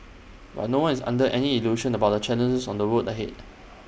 but no one is under any illusion about the challenges on the road ahead